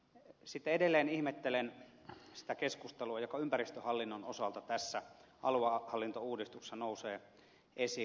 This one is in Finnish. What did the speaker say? sitten edelleen ihmettelen sitä keskustelua joka ympäristöhallinnon osalta tässä aluehallintouudistuksessa nousee esille